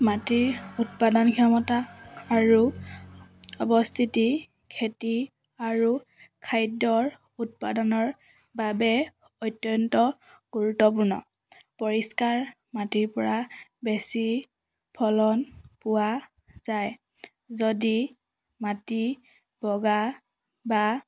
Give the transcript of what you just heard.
মাটিৰ উৎপাদন ক্ষমতা আৰু অৱস্থিতি খেতি আৰু খাদ্যৰ উৎপাদনৰ বাবে অত্যন্ত গুৰুত্বপূৰ্ণ পৰিষ্কাৰ মাটিৰ পৰা বেছি ফলন পোৱা যায় যদি মাটি বগা বা